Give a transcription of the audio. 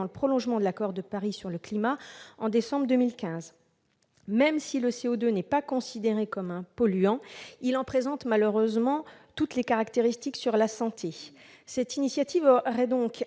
le prolongement de l'accord de Paris sur le climat de décembre 2015. Même si le CO2 n'est pas considéré comme un polluant, il en présente malheureusement toutes les caractéristiques pour la santé. Cette initiative aurait donc